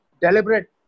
deliberate